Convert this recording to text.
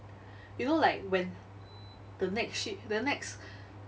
you know like when the next shi~ the next